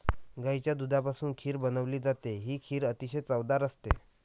गाईच्या दुधापासून खीर बनवली जाते, ही खीर अतिशय चवदार असते